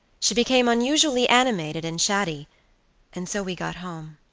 she became unusually animated and chatty and so we got home.